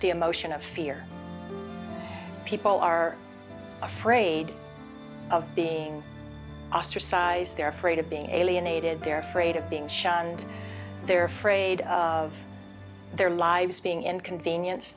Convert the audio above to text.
the emotion of fear people are afraid of being ostracized they're afraid of being alienated they're afraid of being shunned they're afraid of their lives being inconvenienced